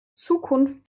zukunft